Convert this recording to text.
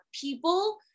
people